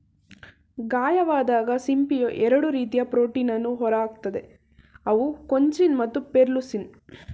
ಗಾಯವಾದಾಗ ಸಿಂಪಿಯು ಎರಡು ರೀತಿಯ ಪ್ರೋಟೀನನ್ನು ಹೊರಹಾಕ್ತದೆ ಅವು ಕೊಂಚಿನ್ ಮತ್ತು ಪೆರ್ಲುಸಿನ್